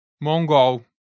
Mongol